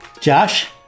Josh